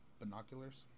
binoculars